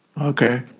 Okay